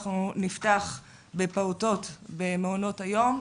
אנחנו נפתח בפעוטות במעונות היום,